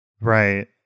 Right